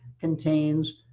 contains